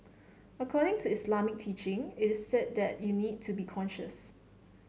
according to Islamic teaching it is said that you need to be conscious